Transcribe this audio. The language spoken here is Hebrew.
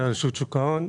אני מרשות שוק ההון.